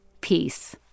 Peace